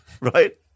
right